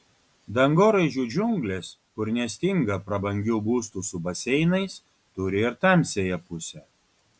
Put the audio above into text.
dangoraižių džiunglės kur nestinga prabangių būstų su baseinais turi ir tamsiąją pusę